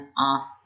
off